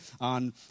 on